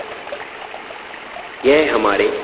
यह हमारे